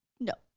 no.